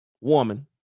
woman